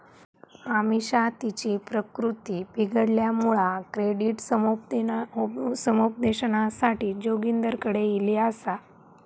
अमिषा तिची प्रकृती बिघडल्यामुळा क्रेडिट समुपदेशनासाठी जोगिंदरकडे ईली आसा